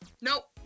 Nope